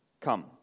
Come